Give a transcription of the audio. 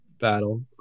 battle